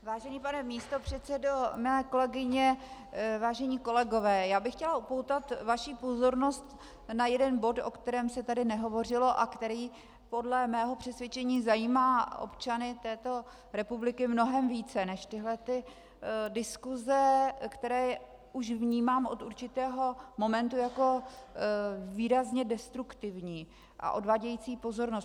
Vážený pane místopředsedo, milé kolegyně, vážení kolegové, já bych chtěla upoutat vaši pozornost na jeden bod, o kterém se tady nehovořilo a který podle mého přesvědčení zajímá občany této republiky mnohem více než tyhle diskuse, které už vnímám od určitého momentu jako výrazně destruktivní a odvádějící pozornost.